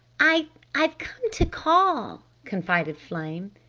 i've i've come to call, confided flame.